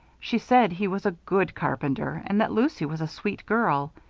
she said he was a good carpenter and that lucy was a sweet girl.